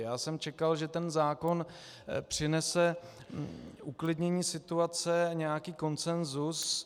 Já jsem čekal, že zákon přinese uklidnění situace a nějaký konsenzus.